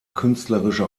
künstlerische